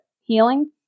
healing